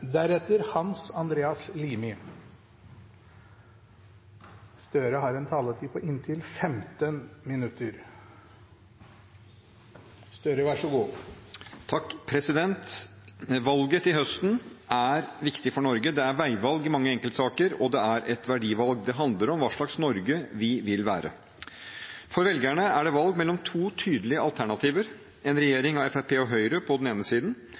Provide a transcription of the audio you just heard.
veivalg i mange enkeltsaker, og det er et verdivalg. Det handler om hva slags Norge vi vil være. For velgerne er det et valg mellom to tydelige alternativer – en regjering av Fremskrittspartiet og Høyre på den ene siden